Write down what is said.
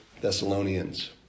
Thessalonians